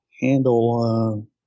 handle